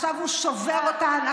עכשיו הוא שובר אותן.